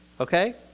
okay